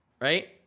right